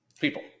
people